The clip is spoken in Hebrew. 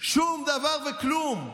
שום דבר וכלום.